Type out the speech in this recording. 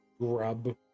grub